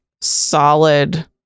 solid